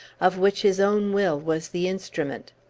of which his own will was the instrument.